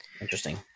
Interesting